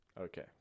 Okay